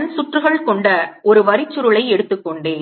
n சுற்றுகள் கொண்ட ஒரு வரிச்சுருளை எடுத்துக்கொண்டேன்